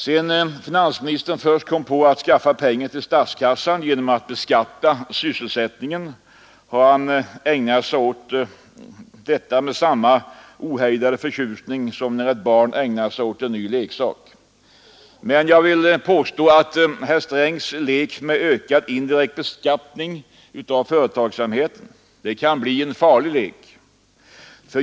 Sedan finansministern först kom på att skaffa pengar till statskassan genom att beskatta sysselsättningen har han ägnat sig åt detta med samma ohejdade förtjusning som ett barn som ägnar sig åt en ny leksak. Men jag vill påstå att herr Strängs lek med ökad indirekt beskattning av företagsamheten kan bli en farlig lek.